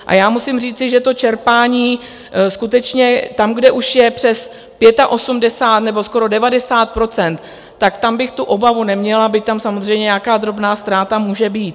A já musím říci, že to čerpání skutečně tam, kde už je přes 85 nebo skoro 90 %, tak tam bych tu obavu neměla, byť tam samozřejmě nějaká drobná ztráta může být.